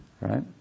right